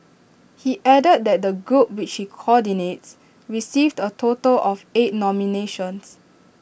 he added that the group which he coordinates received A total of eight nominations